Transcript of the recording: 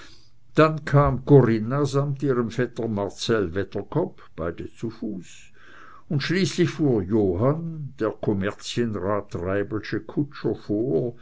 dann kam corinna samt ihrem vetter marcell wedderkopp beide zu fuß und schließlich fuhr johann der kommerzienrat treibelsche kutscher vor